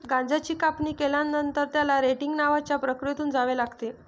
गांजाची कापणी केल्यानंतर, त्याला रेटिंग नावाच्या प्रक्रियेतून जावे लागते